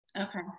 Okay